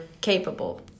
capable